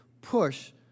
push